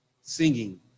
singing